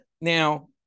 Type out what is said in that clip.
Now